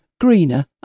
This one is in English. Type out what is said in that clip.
greener